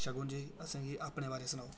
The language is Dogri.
शगुन जी असें गी अपने बारे ई सनाओ